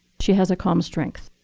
she has a calm strength.